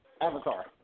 Avatar